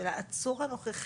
של העצור הנוכחי,